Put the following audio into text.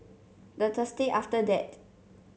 the Thursday after that